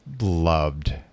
loved